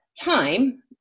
time